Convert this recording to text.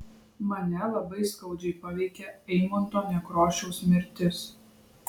mane labai skaudžiai paveikė eimunto nekrošiaus mirtis